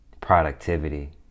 productivity